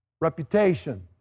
reputation